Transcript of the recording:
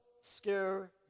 scare